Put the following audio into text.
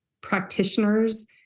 practitioners